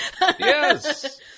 Yes